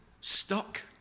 stuck